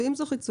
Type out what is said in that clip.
ואם זה חיצוני,